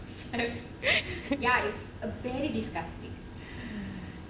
ya it's a very disgusting